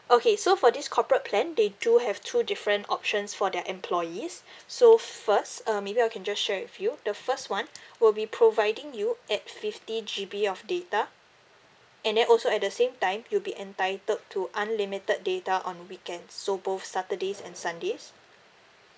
okay so for this corporate plan they do have two different options for their employees so first uh maybe I can just share with you the first one will be providing you at fifty G_B of data and then also at the same time you'll be entitled to unlimited data on weekends so both saturdays and sundays